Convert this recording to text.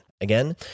Again